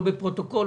לא בפרוטוקול,